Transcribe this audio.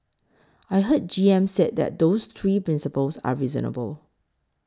I heard G M said that those three principles are reasonable